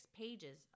pages